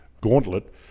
gauntlet